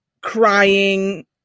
crying